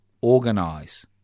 organise